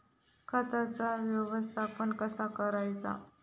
खताचा व्यवस्थापन कसा करायचा?